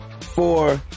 four